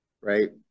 right